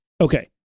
okay